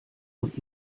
und